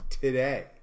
today